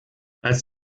als